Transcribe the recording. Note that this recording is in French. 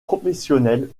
professionnels